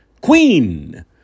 Queen